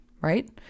right